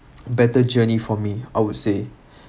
better journey for me I would say